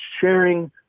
sharing